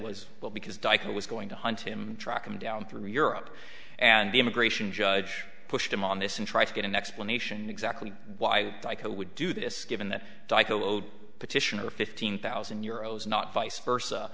was well because dica was going to hunt him track him down through europe and the immigration judge pushed him on this and tried to get an explanation exactly why like a would do this given that petition over fifteen thousand euros not vice versa